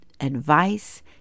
advice